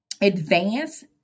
advance